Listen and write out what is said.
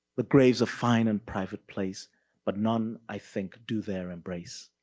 the graves a fine and private place but none i think do there embrace.